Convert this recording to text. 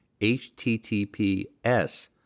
HTTPS